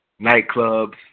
nightclubs